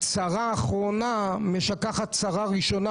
צרה אחרונה משכחת צרה ראשונה,